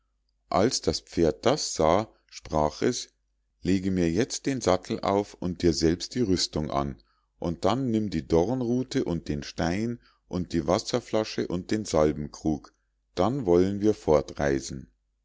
als das pferd das sah sprach es lege mir jetzt den sattel auf und dir selbst die rüstung an und dann nimm die dornruthe und den stein und die wasserflasche und den salbenkrug dann wollen wir